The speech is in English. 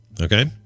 okay